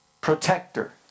Protector